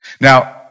Now